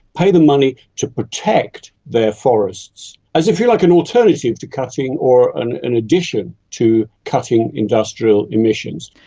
pay them money to protect their forests as, if you like, an alternative to cutting or an an addition to cutting industrial emissions.